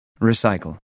Recycle